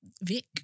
Vic